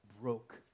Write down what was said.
broke